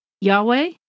Yahweh